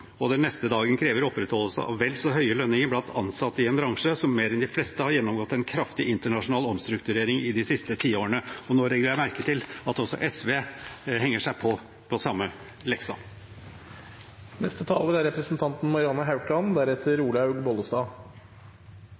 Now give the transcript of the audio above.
og den neste dagen krever opprettholdelse av vel så høye lønninger blant ansatte i en bransje som mer enn de fleste har gjennomgått en kraftig internasjonal omstrukturering i de siste tiårene. Og nå legger jeg merke til at også SV henger seg på på samme leksa.